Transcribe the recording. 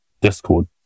discord